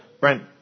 Brent